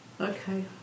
Okay